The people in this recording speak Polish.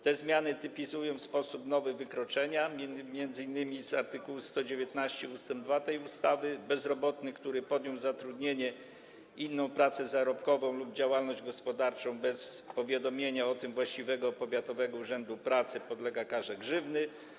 Te zmiany typizują w nowy sposób m.in. wykroczenia z art. 119 ust. 2 tej ustawy: „Bezrobotny, który podjął zatrudnienie, inną pracę zarobkową lub działalność gospodarczą bez powiadomienia o tym właściwego powiatowego urzędu pracy, podlega karze grzywny”